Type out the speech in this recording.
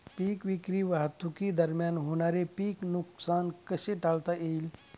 पीक विक्री वाहतुकीदरम्यान होणारे पीक नुकसान कसे टाळता येईल?